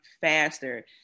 faster